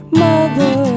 mother